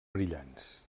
brillants